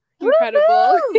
Incredible